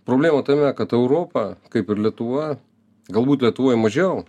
problema tame kad europa kaip ir lietuva galbūt lietuvoj mažiau